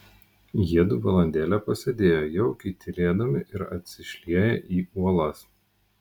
jiedu valandėlę pasėdėjo jaukiai tylėdami ir atsišlieję į uolas